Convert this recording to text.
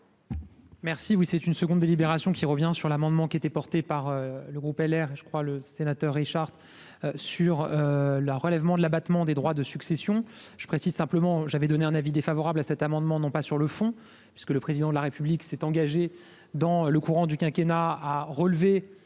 Merci, oui, c'est une seconde délibération qui revient sur l'amendement qui était porté par le groupe LR est je crois le sénateur Richard sur le relèvement de l'abattement des droits de succession, je précise simplement j'avais donné un avis défavorable à cet amendement, non pas sur le fond, parce que le président de la République s'est engagé dans le courant du quinquennat à relever